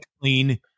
clean